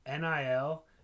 nil